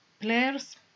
players